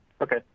Okay